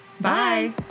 Bye